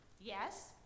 Yes